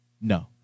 no